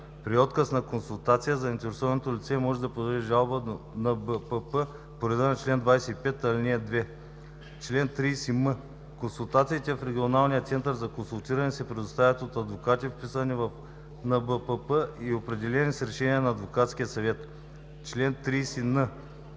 При отказ на консултация заинтересованото лице може да подаде молба до НБПП по реда на чл. 25, ал. 2. Чл. 30м. Консултации в Регионалния център за консултиране се предоставят от адвокати, вписани в НБПП и определени с решение на адвокатския съвет. Чл. 30н.